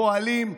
פועלים,